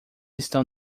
estão